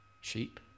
sheep